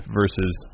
versus